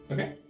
Okay